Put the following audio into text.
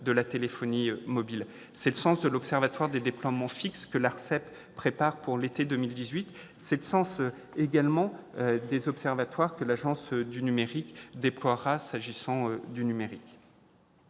de la téléphonie mobile. C'est le sens de l'observatoire des déploiements fixes que l'ARCEP prépare pour l'été 2018. C'est également le sens des observatoires que l'Agence du numérique déploiera s'agissant du numérique.